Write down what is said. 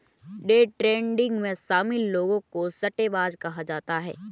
day trading में शामिल लोगों को सट्टेबाज कहा जाता है